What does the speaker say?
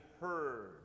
heard